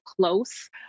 close